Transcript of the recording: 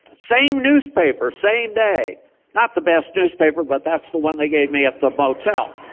same newspaper, same day not the best newspaper, but that's the one they gave me at the motel.